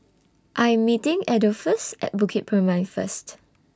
I Am meeting Adolphus At Bukit Purmei First